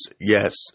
yes